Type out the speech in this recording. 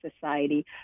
society